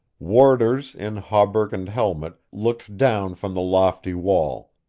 warders in hauberk and helmet looked down from the lofty wall,